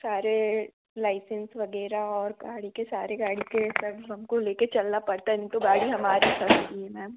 सब सारे लायसेंस वग़ैरह और गाड़ी के सारे गाड़ी के कनफौम को ले कर चलना पड़ता है नहीं तो गाड़ी हमारी है मैम